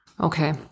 Okay